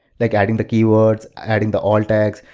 like adding the keywords, adding the all-text,